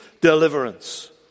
deliverance